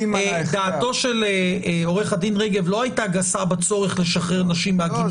דעתו של עורך הדין רגב לא הייתה גסה בצורך לשחרר נשים מעגינותן,